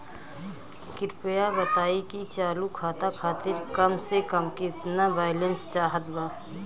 कृपया बताई कि चालू खाता खातिर कम से कम केतना बैलैंस चाहत बा